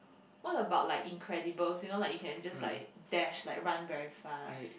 what about like Incredibles you know like you can just like dash like run very fast